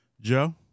Joe